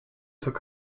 took